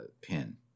pin